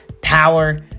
power